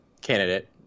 candidate